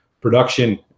production